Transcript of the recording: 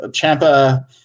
Champa